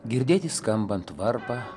girdėti skambant varpą